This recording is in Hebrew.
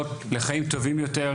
ופתרונות לחיים טובים יותר,